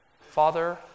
Father